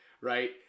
right